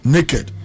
Naked